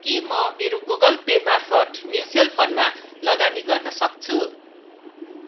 के म मेरो गुगल पे मार्फत म्युचल फन्डमा लगानी गर्न सक्छु